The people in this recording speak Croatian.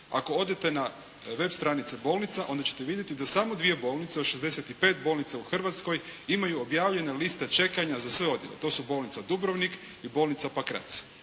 ako odete na web stranice bolnica, onda ćete vidjeti da samo 2 bolnice od 65 bolnica u Hrvatskoj imaju objavljenje liste čekanja za sve odjele. To su bolnica Dubrovnik i bolnica Pakrac.